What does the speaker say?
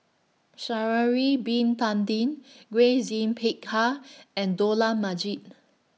Sha'Ari Bin Tadin Grace Yin Peck Ha and Dollah Majid